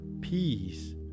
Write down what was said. peace